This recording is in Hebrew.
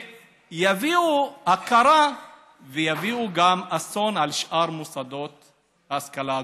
שיביאו הכרה ויביאו גם אסון על שאר מוסדות ההשכלה הגבוהה.